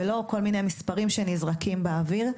ולא כל מיני מספרים שנזרקים באוויר.